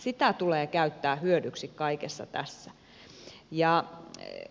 sitä tulee käyttää hyödyksi kaikessa tässä